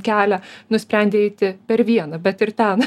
kelią nusprendė eiti per vieną bet ir ten